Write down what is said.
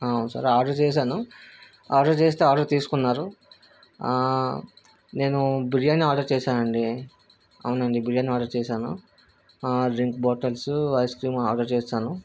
అవును sir order చేశాను order చేస్తే ఆర్డర్ తీసుకున్నారు నేను బిర్యానీ ఆర్డర్ చేశానండి అవునండి బిర్యానీ ఆర్డర్ చేశాను drink bottles ice cream order చేశాను